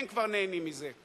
הם כבר נהנים מזה.